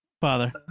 Father